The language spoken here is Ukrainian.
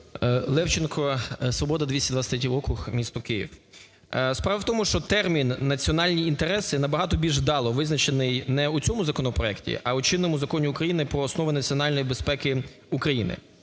Левченко, "Свобода", 223 округ, місто Київ. Справа в тому, що термін "національні інтереси" набагато більш вдало визначений не у цьому законопроекті, а у чинному Законі України "Про основи національної безпеки України".